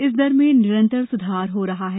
इस दर में निरंतर सुधार हो रहा है